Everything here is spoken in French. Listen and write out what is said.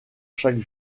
chaque